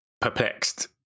perplexed